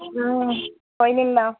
কৰি দিম বাৰু